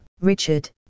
Richard